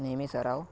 नेहमी सराव